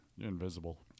Invisible